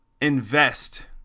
invest